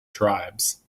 tribes